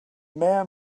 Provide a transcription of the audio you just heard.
man